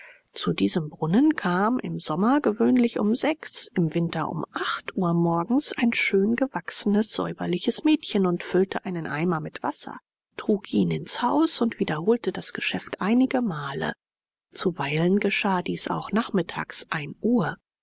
zu diesem brunnen kam im sommer gewöhnlich um sechs im winter um acht uhr morgens ein schön gewachsenes säuberliches mädchen und füllte einen eimer mit wasser trug ihn ins haus und wiederholte das geschäft einige male zuweilen geschah dies auch nachmittags ein uhr